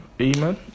Amen